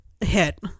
hit